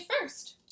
first